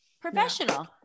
Professional